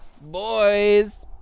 boys